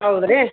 ಹೌದ್ರೀ